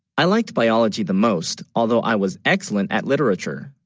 i liked biology the most although i was excellent at literature